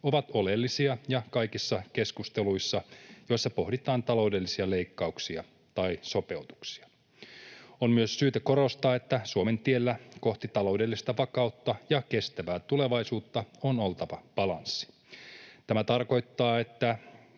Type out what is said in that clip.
ovat oleellisia ja kaikissa keskusteluissa, joissa pohditaan taloudellisia leikkauksia tai sopeutuksia. On myös syytä korostaa, että Suomen tiellä kohti taloudellista vakautta ja kestävää tulevaisuutta on oltava balanssi. Tämä tarkoittaa, että